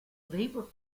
labour